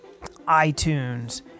iTunes